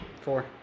Four